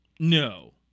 no